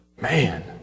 man